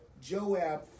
Joab